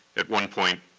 at one point,